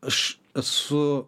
aš esu